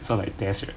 sound like test right